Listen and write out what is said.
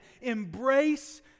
Embrace